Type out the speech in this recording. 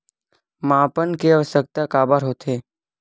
मापन के आवश्कता काबर होथे?